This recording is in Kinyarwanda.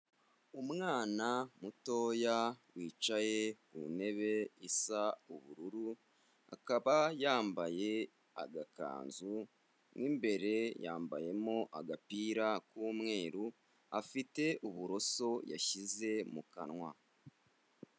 Umwana mutoya wicaye ku ntebe isa ubururu, akaba yambaye agakanzu, mo imbere yambayemo agapira k'umweru, afite uburoso yashyize mu kanwa.